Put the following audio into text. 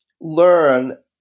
learn